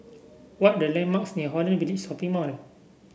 what are the landmarks near Holland Village Shopping Mall